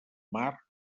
mar